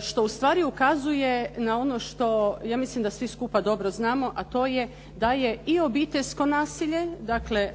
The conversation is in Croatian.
što ustvari ukazuje na ono što ja mislim da svi skupa dobro znamo a to je da je i obiteljsko nasilje, dakle